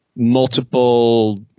multiple